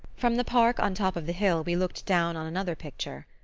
from the park on top of the hill we looked down on another picture.